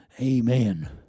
amen